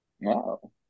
Wow